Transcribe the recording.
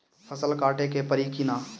फसल काटे के परी कि न?